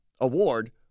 award